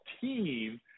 team